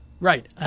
Right